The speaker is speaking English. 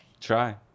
try